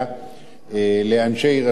לאנשי רשות הפטנטים,